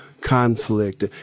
conflict